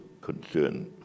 concern